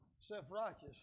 self-righteous